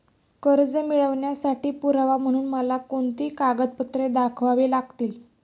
कर्ज मिळवण्यासाठी पुरावा म्हणून मला कोणती कागदपत्रे दाखवावी लागतील?